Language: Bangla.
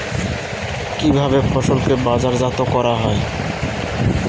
কিভাবে ফসলকে বাজারজাত করা হয়?